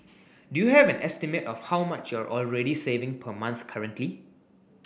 do you have an estimate of how much you're already saving per month currently